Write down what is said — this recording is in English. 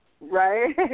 Right